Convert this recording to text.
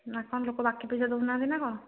ନା କ'ଣ ଲୋକ ବାକି ପଇସା ଦେଉନାହାନ୍ତି ନା କ'ଣ